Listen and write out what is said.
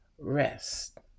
rest